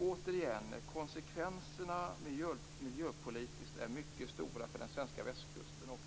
Återigen vill jag påpeka att de miljöpolitiska konsekvenserna är mycket stora för den svenska västkusten.